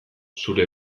zure